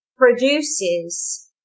produces